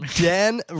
Dan